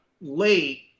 late